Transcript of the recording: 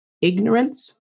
ignorance